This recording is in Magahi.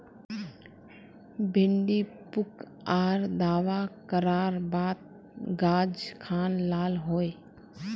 भिन्डी पुक आर दावा करार बात गाज खान लाल होए?